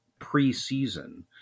preseason